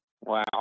Wow